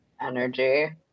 energy